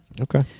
Okay